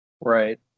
Right